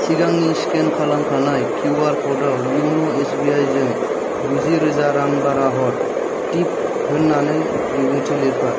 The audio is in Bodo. सिगांनि स्केन खालामखानाय किउआर खडाव यन' एस बि आइजों गुजिरोजा रां बारा हर टिप होन्नानै बिबुंथि लिरफा